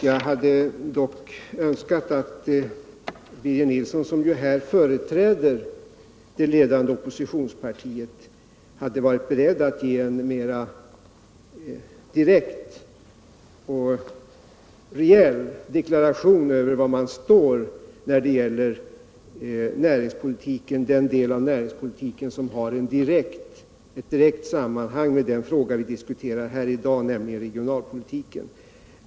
Jag hade dock önskat att Birger Nilsson, som här företräder det ledande oppos'tionspartiet, hade varit beredd att ge en mera direkt och rejäl deklaration för var man står när det gäller den del av näringspolitiken som har ett direkt samband med den fråga vi diskuterar här i dag, nämligen regionalpolitiken.